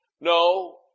No